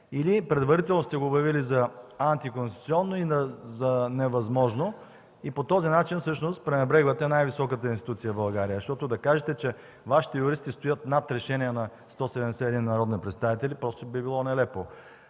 или предварително сте го обявили за антиконституционно и за невъзможно, като по този начин всъщност пренебрегвате най-високата институция в България. Защото да кажете, че Вашите юристи стоят над решение на 171 народни представители, просто би било нелепо.